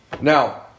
Now